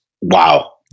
wow